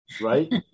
right